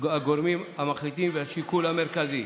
הגורמים המחליטים, וזה השיקול המרכזי.